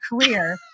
career